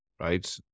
right